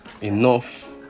enough